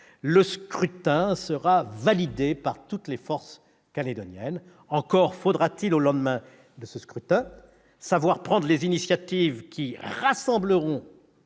ce scrutin sera validé par toutes les forces calédoniennes. Encore faudra-t-il, au lendemain de cette consultation, savoir prendre les initiatives qui rassembleront